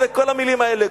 כל המלים האלה,